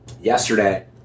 yesterday